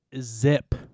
zip